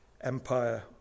empire